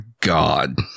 God